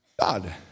God